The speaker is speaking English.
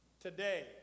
today